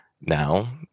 now